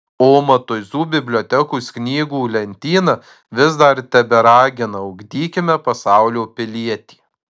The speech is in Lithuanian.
o matuizų bibliotekos knygų lentyna vis dar teberagina ugdykime pasaulio pilietį